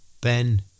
Ben